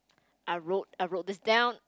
I wrote I wrote this down